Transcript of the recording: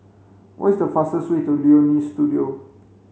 what is the fastest way to Leonie Studio